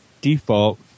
default